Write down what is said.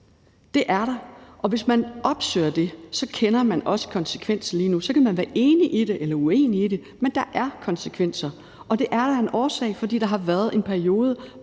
Det er der. Og hvis man opsøger det, kender man også konsekvenserne lige nu. Så kan man være enig i det eller uenig i det, men der er konsekvenser. Og det er der af en årsag, nemlig fordi der har været en periode,